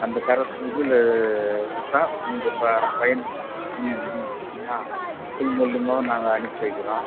அந்த கரஸ் இதில் விட்டா உங்கள் இப்போ பையன் ஆ ஸ்கூல் மூலிமாவும் நாங்கள் அனுப்பி வைக்கிறோம்